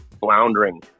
floundering